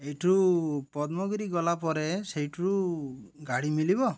ଏଇଠୁ ପଦ୍ମଗିରି ଗଲାପରେ ସେଇଠୁ ଗାଡ଼ି ମଳିବ